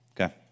Okay